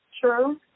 True